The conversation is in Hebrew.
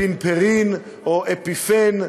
אפינפרין או אפיפן,